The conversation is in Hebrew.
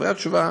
בדברי התשובה